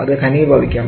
അത് ഘനീഭവിക്കാം